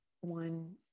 one